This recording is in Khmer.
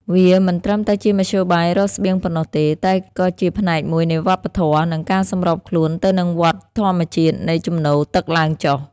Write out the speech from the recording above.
វាមិនត្រឹមតែជាមធ្យោបាយរកស្បៀងប៉ុណ្ណោះទេ តែក៏ជាផ្នែកមួយនៃវប្បធម៌ និងការសម្របខ្លួនទៅនឹងវដ្តធម្មជាតិនៃជំនោរទឹកឡើងចុះ។